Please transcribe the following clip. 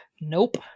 Nope